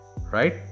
right